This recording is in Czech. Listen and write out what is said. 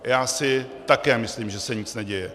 Já si také myslím, že se nic neděje.